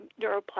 neuroplasticity